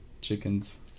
chickens